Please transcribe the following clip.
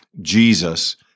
Jesus